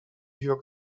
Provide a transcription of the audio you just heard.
york